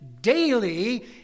daily